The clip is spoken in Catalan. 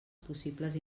possibles